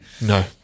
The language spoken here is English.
no